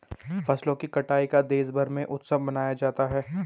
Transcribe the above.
फसलों की कटाई का देशभर में उत्सव मनाया जाता है